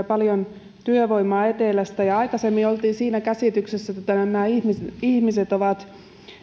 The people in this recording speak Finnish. paljon työvoimaa etelästä aikaisemmin oltiin siinä käsityksessä että nämä ihmiset ovat